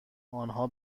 آنها